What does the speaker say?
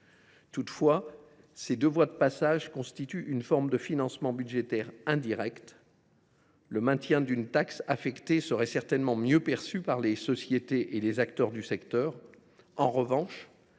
Toutefois, ces deux voies de passage constituent une forme de financement indirect. La réinstauration d’une taxe affectée serait certainement mieux perçue par les sociétés et les acteurs du secteur.